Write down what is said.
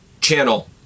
channel